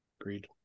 Agreed